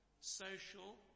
social